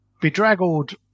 bedraggled